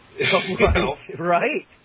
Right